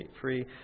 free